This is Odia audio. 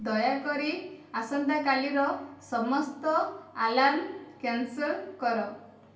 ଦୟାକରି ଆସନ୍ତାକାଲିର ସମସ୍ତ ଆଲାର୍ମ କ୍ୟାନ୍ସଲ୍ କର